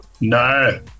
No